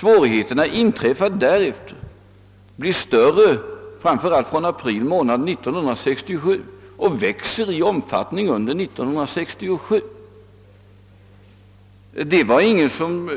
Svårigheterna inträffade först därefter och ökade framför allt från april månad 1967 för att sedan växa i omfattning under det året. Det var ingen som